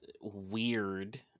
weird